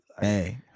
hey